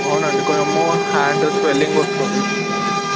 అవునండి కొంచెము hand swelling వస్తుంది